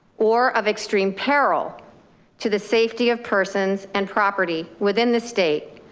or of extreme peril to the safety of persons and property within the state.